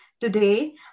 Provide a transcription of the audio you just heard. Today